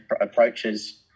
approaches